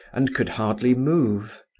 and could hardly move.